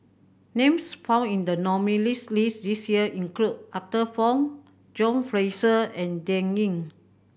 names found in the nominees' list this year include Arthur Fong John Fraser and Dan Ying